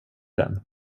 den